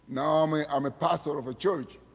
um a um a pastor of a church.